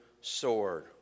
sword